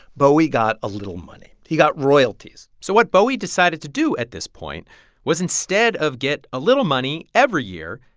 bowie got a little money. he got royalties so what bowie decided to do at this point was instead of get a little money every year,